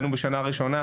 בשנה הראשונה,